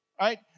right